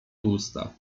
usta